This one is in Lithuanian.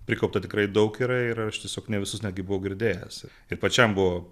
prikaupta tikrai daug yra ir aš tiesiog ne visus netgi buvau girdėjęs ir pačiam buvo